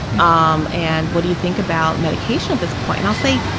um and what do you think about medication at this point? and i'll say,